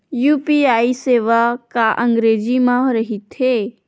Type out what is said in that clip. UPI सेवा का अंग्रेजी मा रहीथे?